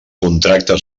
contracte